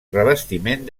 revestiment